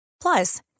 Plus